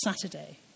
Saturday